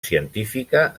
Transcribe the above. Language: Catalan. científica